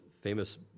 famous